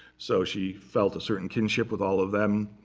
so she felt a certain kinship with all of them.